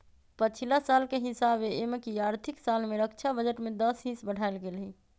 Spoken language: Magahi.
पछिला साल के हिसाबे एमकि आर्थिक साल में रक्षा बजट में दस हिस बढ़ायल गेल हइ